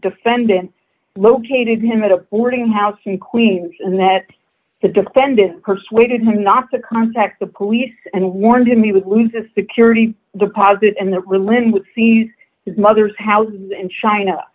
defendant located him at a boarding house in queens and that the defendant persuaded him not to contact the police and warned him you would lose a security deposit and that religion would seize his mother's house in china